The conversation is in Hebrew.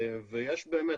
יש באמת,